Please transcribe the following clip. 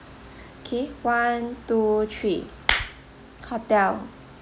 K one two three hotel